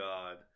God